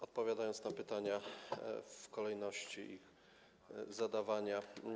Odpowiem na pytania w kolejności ich zadawania.